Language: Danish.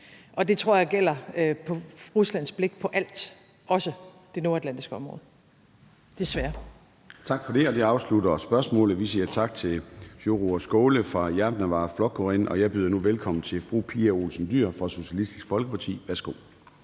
Det tror jeg gælder for Ruslands blik på alt, også det nordatlantiske område – desværre. Kl. 13:37 Formanden (Søren Gade): Tak for det. Og det afslutter spørgsmålet. Vi siger tak til hr. Sjúrður Skaale fra Javnaðarflokkurin. Jeg byder nu velkommen til fru Pia Olsen Dyhr fra Socialistisk Folkeparti. Værsgo.